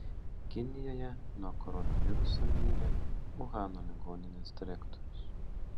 kinijoje nuo koronaviruso mirė uhano ligoninės direktorius